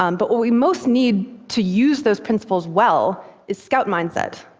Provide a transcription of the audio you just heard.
um but what we most need to use those principles well is scout mindset.